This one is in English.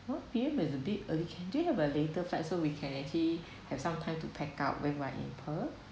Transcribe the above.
twelve P_M is a bit early do you have a later flight so we can actually have some time to pack up when while in perth